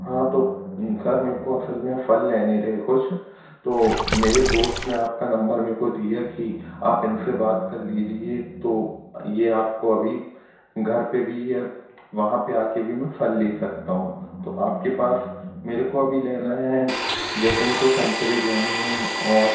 हाँ तो सर मेरे को असल में फल लैने रहे कुछ तो मेरे दोस्त ने आपका नम्बर मेरे को दिया कि आप इनसे बात कर लीजिए तो ये आपको अभी घर पर भी या वहाँ पर आ कर भी मैं फल ले सकता हूँ तो आपके पास मेरे को अभी लेना है जैसे मेको संतरे लेने है और